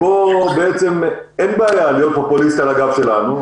פה בעצם אין בעיה להיות פופוליסט על הגב שלנו,